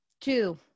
two